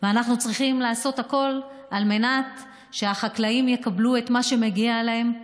אנחנו צריכים לעשות הכול על מנת שהחקלאים יקבלו את מה שמגיע להם.